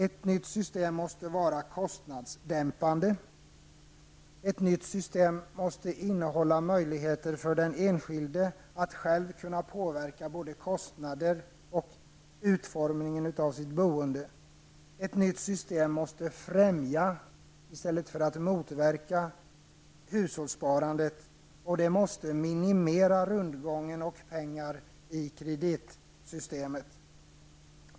Ett nytt system måste vara kostnadsdämpande, och det måste innehålla möjligheter för den enskilde att själv kunna påverka både kostnader och utformningen av sitt boende. Ett nytt system måste främja, i stället för att motverka, hushållssparandet, och det måste minimera rundgången av pengar i kreditsystemet.